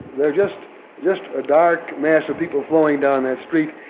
they were just just a dark mass of people flowing down that street.